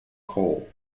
call